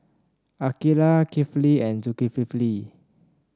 Aqeelah Kifli and Zulkifli